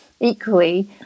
equally